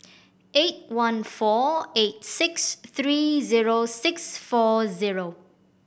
eight one four eight six three zero six four zero